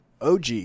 OG